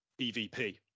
EVP